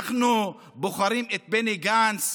אנחנו בוחרים את בני גנץ